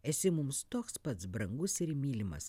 esi mums toks pats brangus ir mylimas